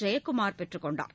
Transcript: ஜெயகுமார் பெற்றுக் கொண்டார்